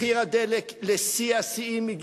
מחיר הדלק הגיע לשיא השיאים,